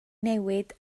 newid